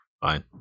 fine